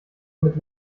mit